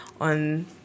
on